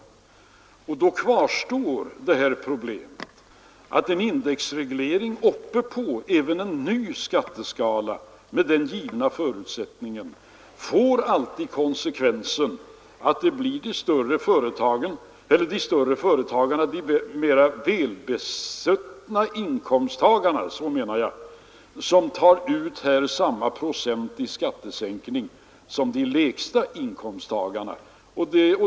Och då kvarstår problemet att en indexreglering även i en ny skatteskala med givna förutsättningar alltid får den konsekvensen att de välbesuttna inkomsttagarna tar ut samma procent i skattesänkning som de lägsta inkomsttagarna.